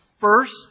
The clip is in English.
first